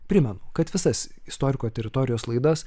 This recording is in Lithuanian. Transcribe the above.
primenu kad visas istoriko teritorijos laidas